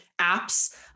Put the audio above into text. apps